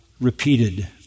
repeated